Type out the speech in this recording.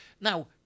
now